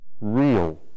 real